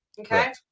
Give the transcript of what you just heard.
Okay